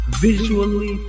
Visually